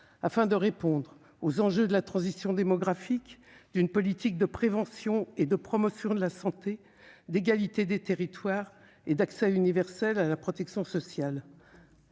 afin de répondre aux enjeux de la transition démographique et de mettre en place une politique de prévention et de promotion de la santé, d'égalité des territoires et d'accès universel à la protection sociale.